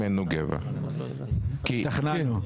השתכנענו.